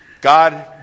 God